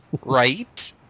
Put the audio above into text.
Right